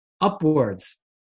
Upwards